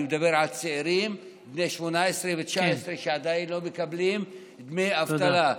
אני מדבר על צעירים בני 18 ו-19 שעדיין לא מקבלים דמי אבטלה.